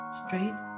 straight